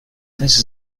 this